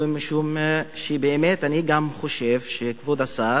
משום שבאמת אני גם חושב שכבוד השר